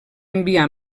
enviar